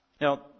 Now